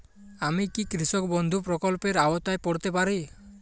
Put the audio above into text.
আমি কি কৃষক বন্ধু প্রকল্পের আওতায় পড়তে পারি?